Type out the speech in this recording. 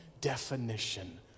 definition